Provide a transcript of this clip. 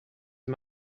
you